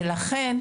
לכן,